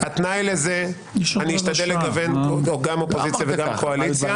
התנאי לזה אני אשתדל לגוון גם אופוזיציה וגם קואליציה,